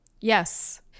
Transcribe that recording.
Yes